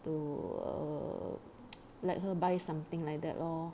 to err let her buy something like that lor